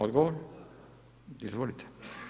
Odgovor, izvolite.